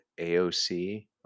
AOC